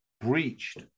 breached